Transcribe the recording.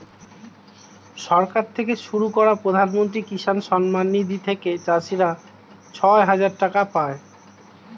সরকার থেকে শুরু করা প্রধানমন্ত্রী কিষান সম্মান নিধি থেকে চাষীরা ছয় হাজার টাকা পায়